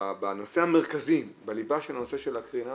בנושא המרכזי, בליבה של הנושא של הקרינה